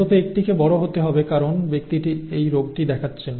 অন্তত একটিকে বড় হতে হবে কারণ ব্যক্তিটি এই রোগটি দেখাচ্ছেন